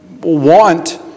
want